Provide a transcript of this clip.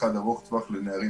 אחד ארוך טווח לנערות,